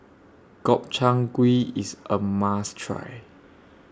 Gobchang Gui IS A must Try